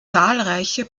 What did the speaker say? zahlreiche